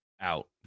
out